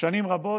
שנים רבות,